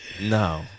No